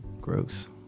Gross